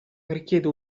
richiede